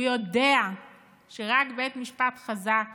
הוא יודע שרק בית משפט חזק